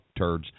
turds